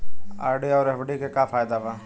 RD आउर FD के का फायदा बा?